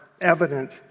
evident